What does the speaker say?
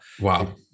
wow